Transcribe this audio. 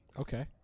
okay